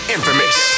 Infamous